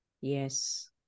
Yes